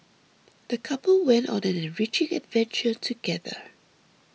the couple went on an enriching adventure together